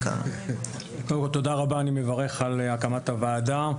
תודה רבה, אני מברך על הקמת הוועדה.